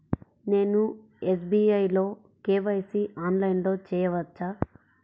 నేను ఎస్.బీ.ఐ లో కే.వై.సి ఆన్లైన్లో చేయవచ్చా?